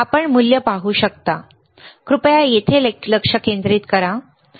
आपण मूल्य पाहू शकता आपण कृपया येथे लक्ष केंद्रित करू शकता